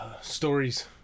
stories